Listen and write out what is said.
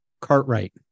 Cartwright